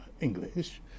English